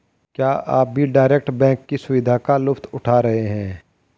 क्या आप भी डायरेक्ट बैंक की सुविधा का लुफ्त उठा रहे हैं?